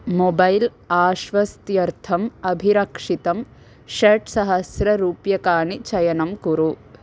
mobile आश्वस्त्यर्थम् अभिरक्षितं षट्सहस्ररूप्यकाणि चयनं कुरु